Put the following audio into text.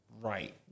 right